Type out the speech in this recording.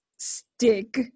stick